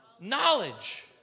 knowledge